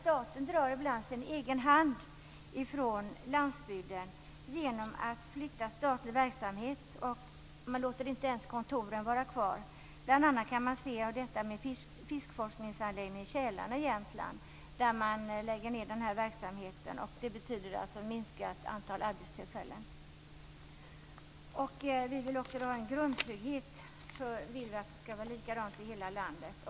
Staten drar ibland sin egen hand från landsbygden genom att flytta statlig verksamhet och låter inte ens kontoren vara kvar. Det kan man bl.a. se i fallet med fiskforskningsanläggningen i Kälarne i Jämtland. Man lägger ned verksamheten, och det betyder minskat antal arbetstillfällen. Vi vill ha en grundtrygghet som skall vara likadan i hela landet.